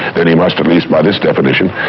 then he must, at least by this definition,